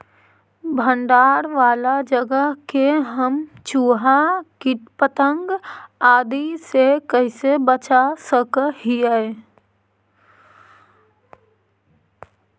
भंडार वाला जगह के हम चुहा, किट पतंग, आदि से कैसे बचा सक हिय?